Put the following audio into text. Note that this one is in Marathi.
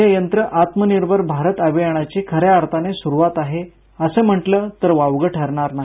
हे यंत्र आत्मनिर्भर भारत अभियानाची खऱ्या अर्थाने सुरुवात आहे असं म्हंटल तर वावग ठरणार नाही